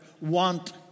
want